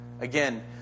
Again